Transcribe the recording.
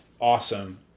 awesome